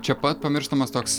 čia pat pamirštamas toks